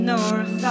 North